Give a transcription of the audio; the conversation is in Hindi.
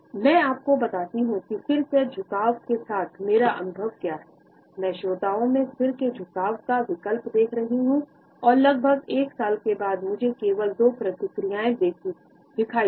मैं आपको बताती हूँ कि सिर के झुकाव के साथ मेरे अनुभव क्या हैं मैं श्रोताओं में सिर के झुकाव का विकल्प देख रही थी और लगभग एक साल के बाद मुझे केवल दो प्रतिक्रियाएं देखी दी